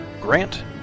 Grant